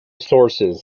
sources